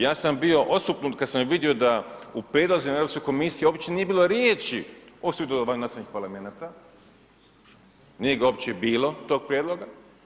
Ja sam bio osupnut kada sam vidio da u prijedlozima na Europskoj komisiji uopće nije bilo riječi o sudjelovanju nacionalnih parlamenata, nije ga uopće bilo tog prijedloga.